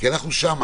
כי אנחנו שם.